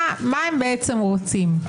מה הם רוצים בעצם.